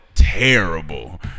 Terrible